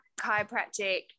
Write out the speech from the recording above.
chiropractic